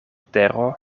tero